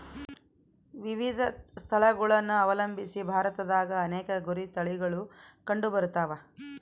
ವಿವಿಧ ಸ್ಥಳಗುಳನ ಅವಲಂಬಿಸಿ ಭಾರತದಾಗ ಅನೇಕ ಕುರಿ ತಳಿಗುಳು ಕಂಡುಬರತವ